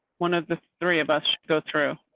one of the three of us go through.